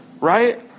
right